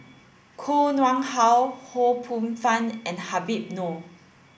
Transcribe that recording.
Koh Nguang How Ho Poh Fun and Habib Noh